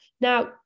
Now